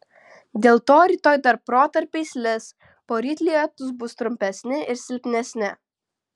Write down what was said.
dėl to rytoj dar protarpiais lis poryt lietūs bus trumpesni ir silpnesni